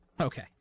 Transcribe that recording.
Okay